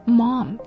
mom